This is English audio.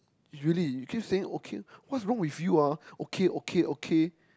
really you keep saying okay what's wrong with you ah okay okay okay